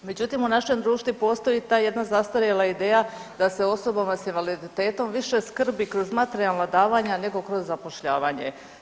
Međutim, u našem društvu i postoji ta jedna zastarjela ideja da se osobama s invaliditetom više skrbi kroz materijalna davanja nego kroz zapošljavanje.